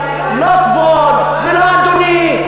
לא "כבוד" ולא "אדוני",